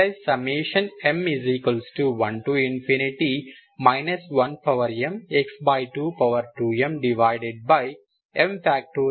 m1 1mx22mm